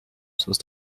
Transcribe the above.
supposed